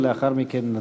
ולאחר מכן נצביע.